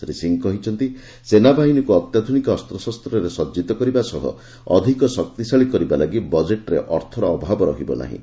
ଶ୍ରୀ ସିଂ କହିଛନ୍ତି ସେନାବାହିନୀକୁ ଅତ୍ୟାଧୁନିକ ଅସ୍ତ୍ରଶସ୍ତ୍ରରେ ସଜିତ କରିବା ସହ ଶକ୍ତିଶାଳୀ କରିବା ଲାଗି ବଜେଟରେ ଅର୍ଥର ଅଭାବ ରହିବ ନାହିଁ